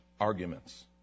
arguments